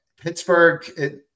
Pittsburgh